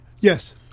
Yes